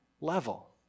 level